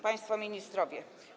Państwo Ministrowie!